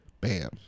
bam